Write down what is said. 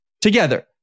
together